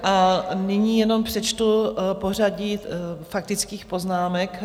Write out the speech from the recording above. A nyní jenom přečtu pořadí faktických poznámek.